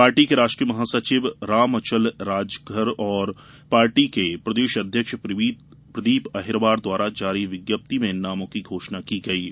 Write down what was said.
party के राष्ट्रीय महासचिव रामअचल राजघर और पार्टी के प्रदेश अध्यक्ष प्रदीप अंहिरवार द्वारा जारी विज्ञप्ति में इन नामों की घोषणा की गई है